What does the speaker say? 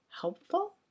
helpful